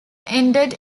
ended